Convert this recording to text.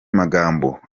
magambo